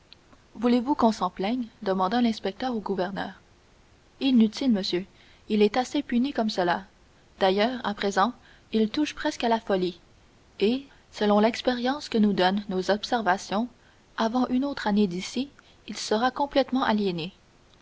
voulez-vous qu'on s'en plaigne demanda l'inspecteur au gouverneur inutile monsieur il est assez puni comme cela d'ailleurs à présent il touche presque à la folie et selon l'expérience que nous donnent nos observations avant une autre année d'ici il sera complètement aliéné